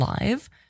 live